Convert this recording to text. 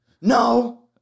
No